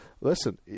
listen